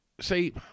See